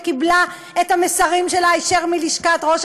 שקיבלה את המסרים שלה היישר מלשכת ראש